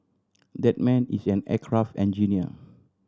that man is an aircraft engineer